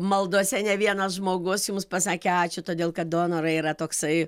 maldose ne vienas žmogus jums pasakė ačiū todėl kad donorai yra toksai